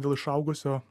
dėl išaugusio